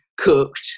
cooked